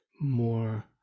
More